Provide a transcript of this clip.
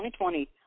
2020